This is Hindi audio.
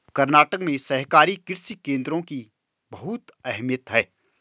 कर्नाटक में सहकारी कृषि केंद्रों की बहुत अहमियत है